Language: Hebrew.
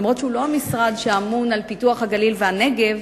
אף-על-פי שהוא לא המשרד שאמון על פיתוח הגליל והנגב,